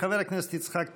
חבר הכנסת יצחק פינדרוס,